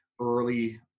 early